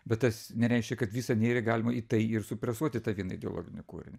bet tas nereiškia kad visa nėrį galima į tai ir supresuot į tą vieną ideologinį kūrinį